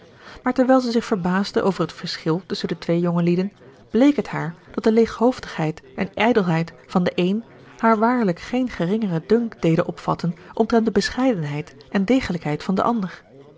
terwijl zij zich verbaasde over het verschil tusschen de twee jongelieden bleek het haar dat de leeghoofdigheid en ijdelheid van den een haar waarlijk geen geringeren dunk deden opvatten omtrent de bescheidenheid en degelijkheid van den ander